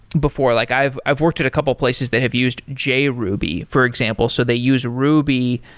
before, like i've i've worked at a couple of places that have used j ruby, for example. so they use ruby.